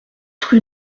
rue